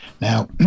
now